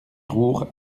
roure